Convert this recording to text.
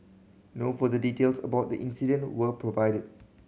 no further details about the incident were provided